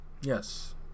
yes